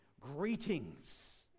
greetings